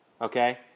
Okay